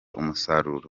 umusaruro